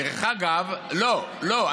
דרך אגב, לא, לא.